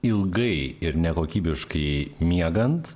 ilgai ir nekokybiškai miegant